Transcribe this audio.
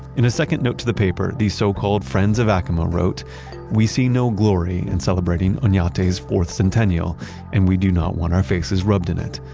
in a second note to the paper, the so-called friends of acoma wrote we see no glory in celebrating and ah onate's fourth centennial and we do not want our faces rubbed in it.